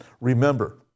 remember